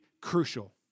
crucial